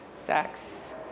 Sex